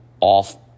off